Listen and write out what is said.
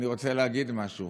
אני רוצה להגיד משהו.